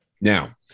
Now